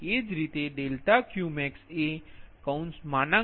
એ જ રીતે∆Qmaxએ ∆Q2 ∆Q3